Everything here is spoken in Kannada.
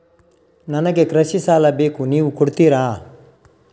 ನನಗೆ ಕೃಷಿ ಸಾಲ ಬೇಕು ನೀವು ಕೊಡ್ತೀರಾ?